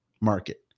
market